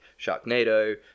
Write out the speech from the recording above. Sharknado